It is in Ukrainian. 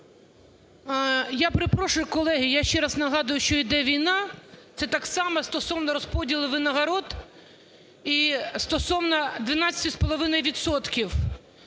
Я перепрошую, колеги. Я ще раз нагадую, що йде війна. Це так само стосовно розподілу винагород і стосовно 12,5